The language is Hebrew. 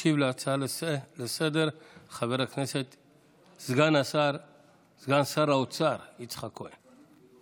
ישיב על ההצעה לסדר-היום סגן שר האוצר חבר הכנסת יצחק כהן.